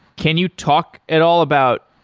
can you talk at all about,